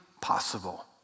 possible